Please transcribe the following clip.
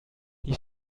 die